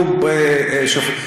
הוא שפוט,